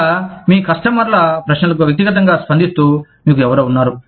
లేదా మీ కస్టమర్ల ప్రశ్నలకు వ్యక్తిగతంగా స్పందిస్తూ మీకు ఎవరో ఉన్నారు